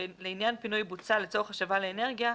"לעניין פינוי בוצה לצורך השבה לאנרגיה,